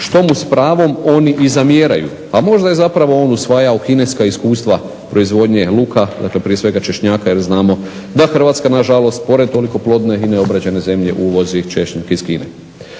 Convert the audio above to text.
što mu s pravom oni i zamjeraju. A možda je zapravo on usvajao kineska iskustva proizvodnje luka, dakle prije svega češnjaka jer znamo da Hrvatska na žalost pored toliko plodne i neobrađene zemlje uvozi češnjak iz Kine.